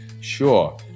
Sure